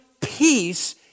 peace